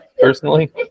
Personally